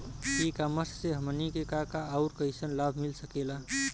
ई कॉमर्स से हमनी के का का अउर कइसन लाभ मिल सकेला?